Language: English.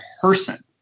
person